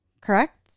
Correct